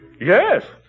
Yes